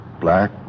Black